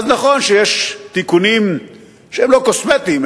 אז נכון שיש תיקונים שהם לא קוסמטיים,